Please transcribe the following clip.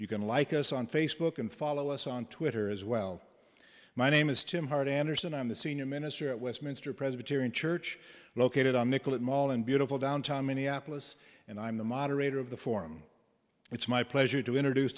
you can like us on facebook and follow us on twitter as well my name is jim hart anderson i'm the senior minister at westminster presbyterian church located on nicollet mall in beautiful downtown minneapolis and i'm the moderator of the forum it's my pleasure to introduce